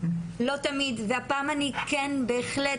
והפעם אני כן בהחלט,